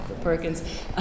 Perkins